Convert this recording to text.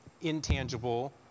intangible